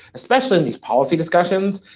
especially in these policy discussions,